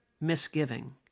misgiving